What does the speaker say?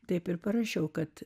taip ir parašiau kad